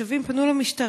התושבים פנו למשטרה,